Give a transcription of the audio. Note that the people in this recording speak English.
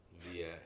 via